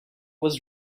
was